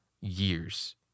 years